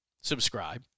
subscribe